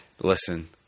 Listen